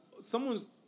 someone's